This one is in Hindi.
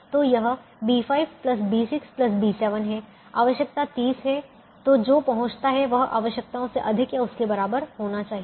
तो यह B5 B6 B7 है आवश्यकता 30 है तो जो पहुंचता है वह आवश्यकताओं से अधिक या उसके बराबर होना चाहिए